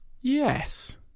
Yes